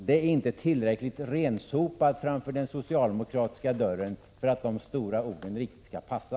Det är inte tillräckligt rensopat framför den socialdemokratiska dörren för att de stora orden riktigt skall passa.